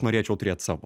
norėčiau turėt savo